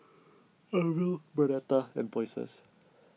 Arvel Bernetta and Moises